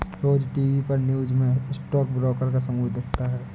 रोज TV पर news में stock broker का समूह दिखता है